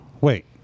wait